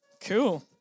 Cool